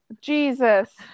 Jesus